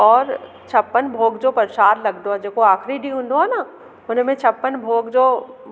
ओर छप्पन भोग जो प्रशाद लॻंदो आहे जेको आख़िरी ॾींहं हूंदो आहे न हुनमें छप्पन भोग जो